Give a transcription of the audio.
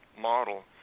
model